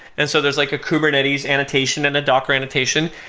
and so there's like a kubernetes annotation and the docker annotation.